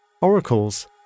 Oracles